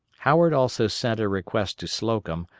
howard also sent a request to slocum,